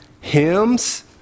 hymns